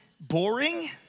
boring